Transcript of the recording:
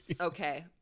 Okay